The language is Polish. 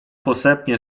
posępnie